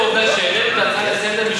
עצם העובדה שהעלינו את ההצעה לסדר-היום,